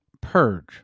purge